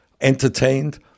entertained